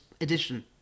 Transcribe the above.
edition